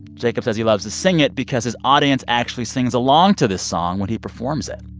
jacob says he loves to sing it because his audience actually sings along to this song when he performs it